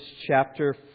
chapter